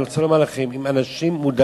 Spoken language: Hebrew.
אני רוצה לומר לכם, אם אנשים מודעים